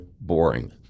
boring